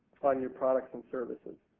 on your products and services.